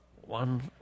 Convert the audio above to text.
One